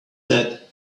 that